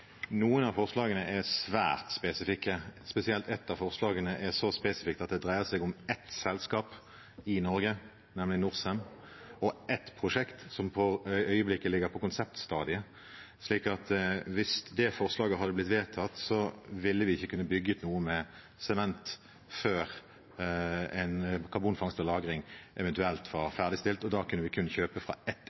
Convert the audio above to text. noen av forslagene er svært spesifikke. Spesielt er et av forslagene så spesifikt at det dreier seg om ett selskap i Norge, nemlig Norcem, og ett prosjekt som for øyeblikket ligger på konseptstadiet. Hvis det forslaget hadde blitt vedtatt, ville vi ikke kunnet bygge noe med sement før karbonfangst og -lagring eventuelt var ferdigstilt, og da kunne vi kun kjøpe fra ett